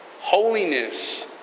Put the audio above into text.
Holiness